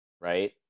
right